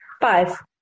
Five